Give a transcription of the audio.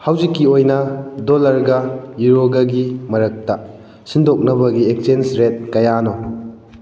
ꯍꯧꯖꯤꯛꯀꯤ ꯑꯣꯏꯅ ꯗꯣꯂ꯭꯭ꯔꯒ ꯌꯨꯔꯣꯒꯒꯤ ꯃꯥꯔꯛꯇ ꯁꯤꯟꯗꯣꯛꯅꯕꯒꯤ ꯑꯦꯛꯆꯦꯟꯁ ꯔꯦꯠ ꯀꯌꯥꯅꯣ